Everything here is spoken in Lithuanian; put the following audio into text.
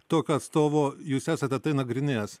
tokio atstovo jūs esate tai nagrinėjęs